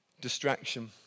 distraction